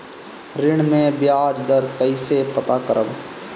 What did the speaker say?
ऋण में बयाज दर कईसे पता करब?